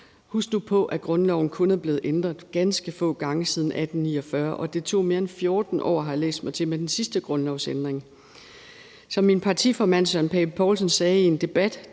Husk nu på, at grundloven kun er blevet ændret ganske få gange siden 1849, og det tog mere end 14 år, har jeg læst mig til, med den sidste grundlovsændring. Som min partiformand, Søren Pape Poulsen, sagde i en debat: